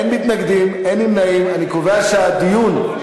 ההצעה להעביר את הנושא לוועדת החינוך,